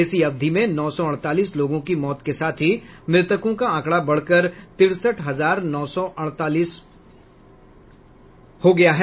इसी अवधि में नौ सौ अड़तालीस लोगों की मौत के साथ ही मृतकों का आंकड़ा बढ़कर तिरसठ हजार नौ सौ अड़तालीस हो गया है